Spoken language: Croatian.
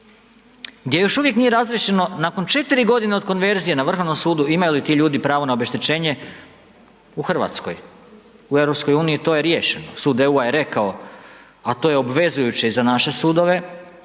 gdje još uvijek nije razriješeno nakon 4 godine od konverzije na Vrhovnom sudu, imaju li ti ljudi pravo na obeštećenje u Hrvatskoj. U Europskoj uniji to je riješeno, Sud EU-a je rekao, a to je obvezujuće i za naše sudove,